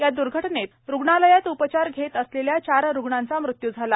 या दुर्घटनेत रुग्णालयात उपचार घेत असलेल्या चार रुग्णांचा मृत्यू झाला